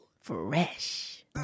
Fresh